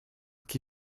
qui